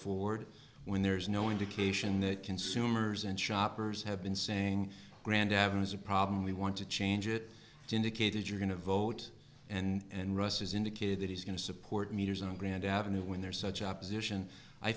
forward when there is no indication that consumers and shoppers have been saying grand avenue is a problem we want to change it indicated you're going to vote and russ has indicated that he's going to support meters on grand avenue when there's such opposition i